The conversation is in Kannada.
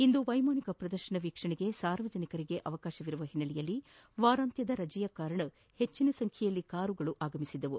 ಇಂದು ವೈಮಾನಿಕ ಪ್ರದರ್ಶನ ವೀಕ್ಷಣೆಗೆ ಸಾರ್ವಜನಿಕರಿಗೆ ಅವಕಾಶವಿರುವ ಓನ್ನೆಲೆಯಲ್ಲಿ ವಾರಾಂತ್ಯದ ರಜೆಯೂ ಇರುವುದರಿಂದ ಹೆಚ್ಚಿನ ಸಂಖ್ಯೆಯಲ್ಲಿ ವಾಹನಗಳು ಆಗಮಿಸಿದ್ದವು